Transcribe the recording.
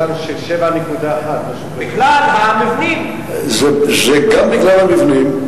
סולם של 7.1. בגלל המבנים, זה גם בגלל המבנים.